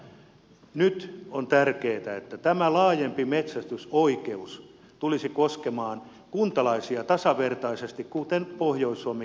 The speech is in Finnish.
mutta nyt on tärkeätä että tämä laajempi metsästysoikeus tulisi koskemaan kuntalaisia tasavertaisesti kuten pohjois suomenkin kansallispuistoissa